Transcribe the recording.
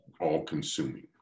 all-consuming